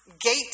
gate